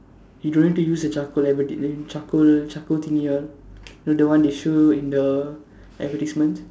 you don't need to use the charcoal advertisement the charcoal charcoal thingy all you know the one that show in the advertisements